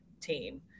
team